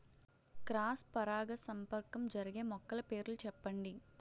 Cross పరాగసంపర్కం జరిగే మొక్కల పేర్లు చెప్పండి?